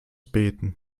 beten